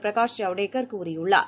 பிரகாஷ் ஜவடேகர் கூறியுள்ளார்